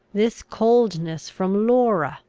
this coldness from laura,